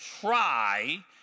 try